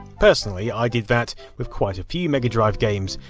personally, i did that with quite a few mega drive games,